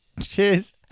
Cheers